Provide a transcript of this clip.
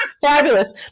fabulous